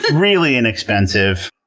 really inexpensive.